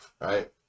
right